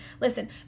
Listen